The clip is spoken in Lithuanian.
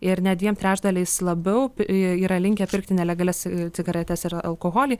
ir net dviem trečdaliais labiau yra linkę pirkti nelegalias cigaretes ir alkoholį